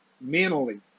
mentally